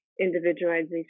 individualization